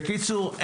בקיצור,